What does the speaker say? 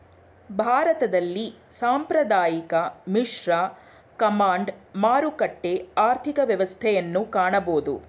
ಭಾರತದಲ್ಲಿ ಸಾಂಪ್ರದಾಯಿಕ, ಮಿಶ್ರ, ಕಮಾಂಡ್, ಮಾರುಕಟ್ಟೆ ಆರ್ಥಿಕ ವ್ಯವಸ್ಥೆಯನ್ನು ಕಾಣಬೋದು